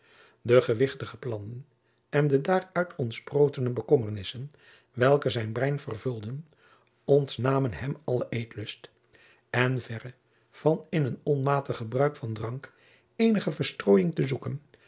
de gewichtige plannen en de daaruit ontsprotene bekommernissen welke zijn brein vervulden ontnamen hem alle eetlust en verre van in een onmatig gebruik van drank eenige verstroojing te zoeken